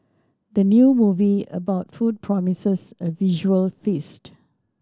the new movie about food promises a visual feast